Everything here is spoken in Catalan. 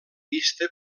vista